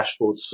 dashboards